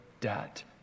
debt